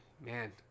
Man